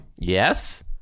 Yes